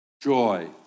joy